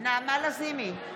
נגד יעקב ליצמן, בעד גבי